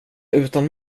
utan